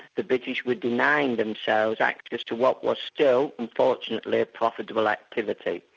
the british were denying themselves access to what was still unfortunately, a profitable activity.